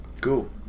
Cool